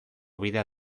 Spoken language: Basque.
bidea